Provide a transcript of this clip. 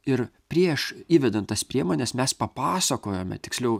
ir prieš įvedant tas priemones mes papasakojome tiksliau